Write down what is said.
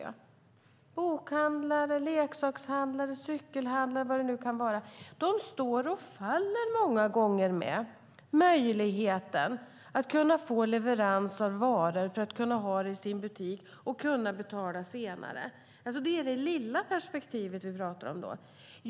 Det kan vara bokhandlare, leksakshandlare, cykelhandlare och andra. De står och faller, många gånger, med möjligheten att få leverans av varor att ha i sin butik och kunna betala senare. Det är det lilla perspektivet som vi pratar om då.